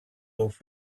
off